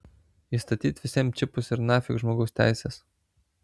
įstatyt visiems čipus ir nafik žmogaus teisės